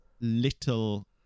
little